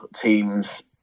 teams